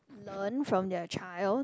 learn from their child